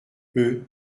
eux